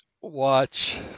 watch